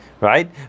right